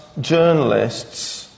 journalists